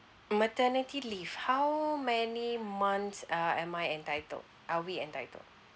maternity leave how many months uh am I entitled are we entitled